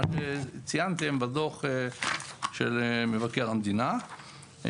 ציינתם בדוח של מבקר המדינה.